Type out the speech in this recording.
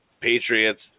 Patriots